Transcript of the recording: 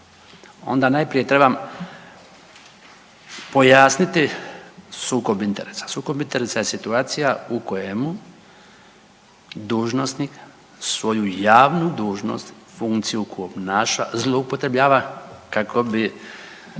onda najprije trebam pojasniti sukob interesa. Sukob interesa je situacija u kojemu dužnosnik svoju javnu dužnost, funkciju koju obnaša zloupotrebljava kako bi